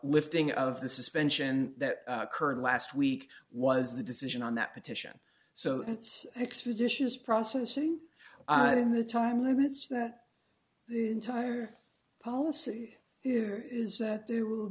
lifting of the suspension that occurred last week was the decision on that petition so it's expeditious processing in the time limits that entire policy is that there will